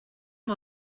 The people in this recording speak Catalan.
amb